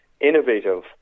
innovative